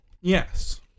yes